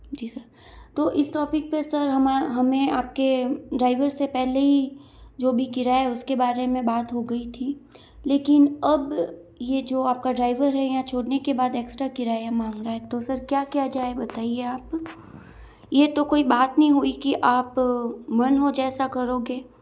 जी sir तो इस topic पर सर हम हमें आप के ड्राइवर से पहले ही जो भी किराया है उस के बारे में बात हो गई थी लेकिन अब ये जो आप का ड्राइवर है यहाँ छोड़ने के बाद एक्स्ट्रा किराया माँग रहा है तो सर क्या किया जाए बताइए आप ये तो कोई बात नहीं हुई कि आप मन हो जैसा करोगे